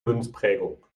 münzprägung